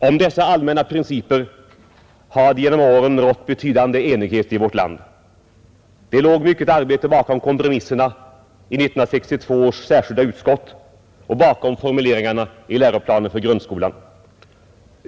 Om dessa allmänna principer har det genom åren rått betydande enighet i vårt land. Det låg mycket arbete bakom kompromisserna i 1962 års särskilda utskott och bakom formuleringarna i läroplanen för grundskolan.